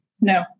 No